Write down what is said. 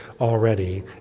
already